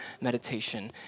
meditation